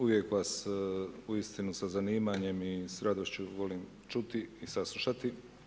Uvijek vas uistinu sa zanimanjem i s radošću volim čuti i saslušati.